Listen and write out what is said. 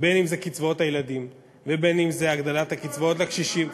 בין שזה קצבאות הילדים ובין שזה הגדלת הקצבאות לקשישים,